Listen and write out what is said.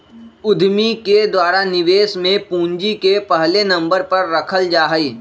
उद्यमि के द्वारा निवेश में पूंजी के पहले नम्बर पर रखल जा हई